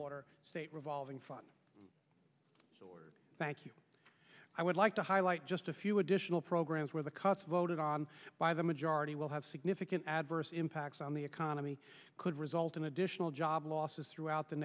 water state revolving fun thank you i would like to highlight just a few additional programs where the cuts voted on by the majority will have significant adverse impacts on the economy could result in additional job losses throughout the